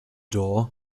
door